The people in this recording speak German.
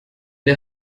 der